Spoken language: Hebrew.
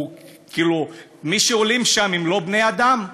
כאילו מי שעולים שם הם לא בני-אדם?